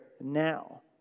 now